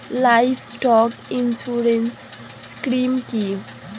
Livestock insurance scheme কি?